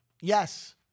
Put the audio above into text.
Yes